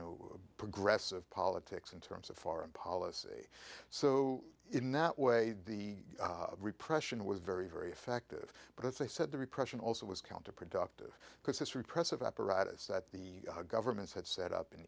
know progressive politics in terms of foreign policy so in that way the repression was very very effective but they said the repression also was counterproductive because this repressive apparatus that the governments had set up in